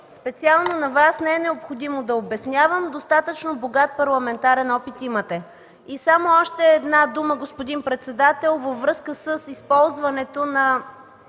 специално на Вас не е необходимо да обяснявам, достатъчно голям парламентарен опит имате. Само още една дума, господин председател, във връзка с използването на